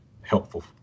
helpful